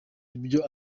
ibyo